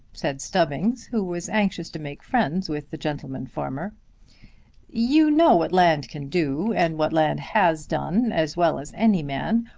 said stubbings, who was anxious to make friends with the gentleman-farmer, you know what land can do, and what land has done, as well as any man.